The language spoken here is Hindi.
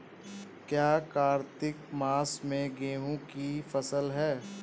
क्या कार्तिक मास में गेहु की फ़सल है?